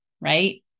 right